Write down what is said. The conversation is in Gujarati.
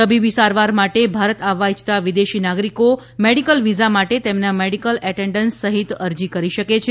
તબીબી સારવાર માટે ભારત આવવા ઇચ્છતા વિદેશી નાગરિકો મેડીકલ વિઝા માટે તેમના મેડીકલ એટેન્ડન્ટસ સહિત અરજી કરી શકે છે